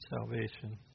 salvation